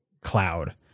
cloud